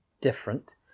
different